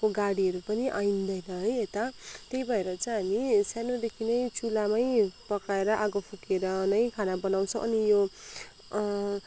को गाडीहरू पनि आइँदैन है यता त्यही भएर चाहिँ हामी सानोदेखि नै चुलामै पकाएर आगो फुकेर नै खाना बनाउँछौँ अनि यो